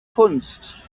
kunst